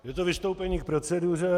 Je to vystoupení k proceduře.